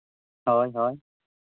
ᱦᱳᱭ ᱦᱳᱭ